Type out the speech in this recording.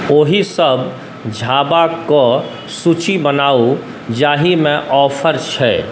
ओहि सभ झाबाक सूची बनाउ जाहिमे ऑफर छै